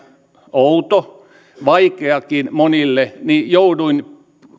outo vaikeakin monille niin jouduin